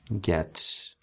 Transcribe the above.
get